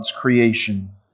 creation